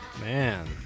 Man